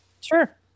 Sure